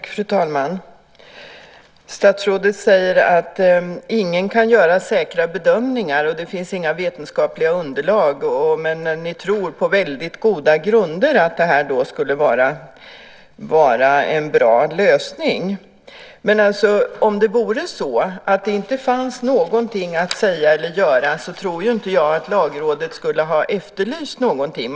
Fru talman! Statsrådet säger att ingen kan göra säkra bedömningar och att det inte finns några vetenskapliga underlag. Men ni tror på väldigt goda grunder att detta skulle vara en bra lösning. Om det vore så att det inte fanns någonting att säga eller göra så tror inte jag att Lagrådet skulle ha efterlyst någonting.